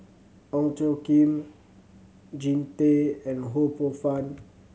Ong Tjoe Kim Jean Tay and Ho Poh Fun